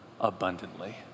abundantly